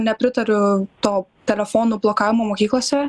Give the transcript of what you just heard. nepritariu to telefonų blokavimo mokyklose